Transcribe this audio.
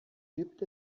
gibt